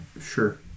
Sure